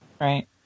Right